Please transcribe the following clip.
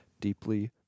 deeply